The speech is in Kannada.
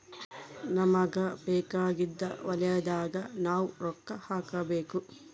ನಮಗ ಬೇಕಾಗಿದ್ದ ವಲಯದಾಗ ನಾವ್ ರೊಕ್ಕ ಹಾಕಬೇಕು